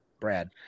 Brad